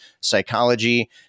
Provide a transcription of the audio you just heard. psychology